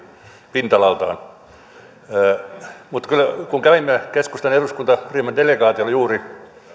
pinta alaltaan kun kävimme keskustan eduskuntaryhmän delegaation kanssa juuri